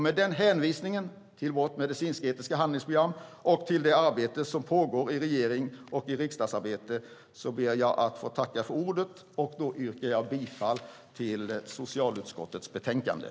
Med denna hänvisning till vårt medicinsk-etiska handlingsprogram och till det arbete som pågår i regering och riksdag ber jag att få tacka få ordet och yrka bifall till socialutskottets förslag i betänkandet.